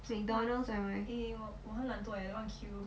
McDonald's ai mai